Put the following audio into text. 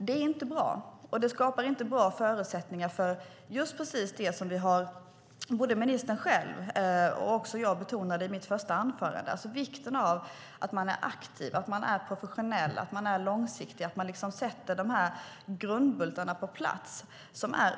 Det är inte bra. Det skapar inte bra förutsättningar för det som ministern själv och jag betonade i anförandet, att man är aktiv, att man är professionell och att man är långsiktig. Det är oerhört viktigt att ha de här grundbultarna på plats.